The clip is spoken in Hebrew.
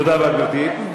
תודה רבה, גברתי.